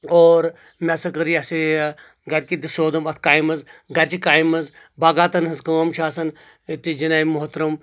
اور مےٚ ہسا کٔر یہ ہسا یہِ گرکٮ۪ن تہِ سودُم اتھ کامہِ منٛز گرچہِ کامہِ منٛز باغاتن ہِنٛز کٲم چھِ آسان أتتی جناب محترم